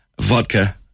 vodka